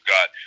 God